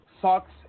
socks